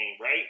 right